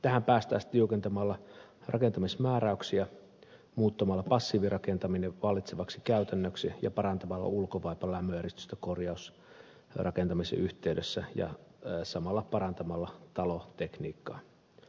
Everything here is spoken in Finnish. tähän päästäisiin tiukentamalla rakentamismääräyksiä muuttamalla passiivirakentaminen vallitsevaksi käytännöksi ja parantamalla ulkovaipan lämmöneristystä korjausrakentamisen yhteydessä ja samalla parantamalla talotekniikkaa